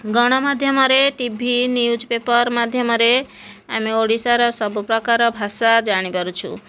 ଗଣମାଧ୍ୟମରେ TV news paper ମାଧ୍ୟମରେ ଆମେ ଓଡ଼ିଶାର ସବୁପ୍ରକାର ଭାଷା ଜାଣିପାରୁଛୁ